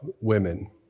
women